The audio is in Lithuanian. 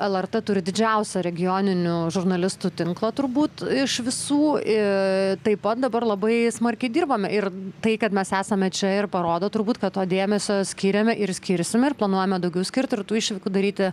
lrt turi didžiausią regioninių žurnalistų tinklą turbūt iš visų iii taip pat dabar labai smarkiai dirbame ir tai kad mes esame čia ir parodo turbūt kad to dėmesio skyrėme ir skirsim ir planuojame daugiau skirti ir tų išvykų daryti